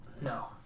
No